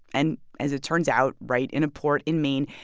and as it turns out, right in a port in maine,